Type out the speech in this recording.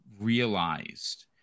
realized